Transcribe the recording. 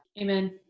Amen